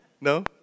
No